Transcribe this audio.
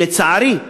ולצערי,